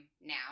now